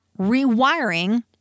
rewiring